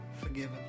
forgiven